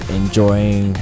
enjoying